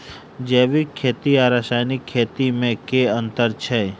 जैविक खेती आ रासायनिक खेती मे केँ अंतर छै?